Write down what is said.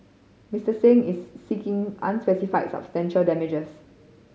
Mister Singh is seeking unspecified substantial damages